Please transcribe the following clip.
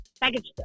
package